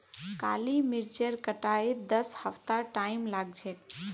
काली मरीचेर कटाईत दस हफ्तार टाइम लाग छेक